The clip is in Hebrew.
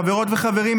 חברות וחברים,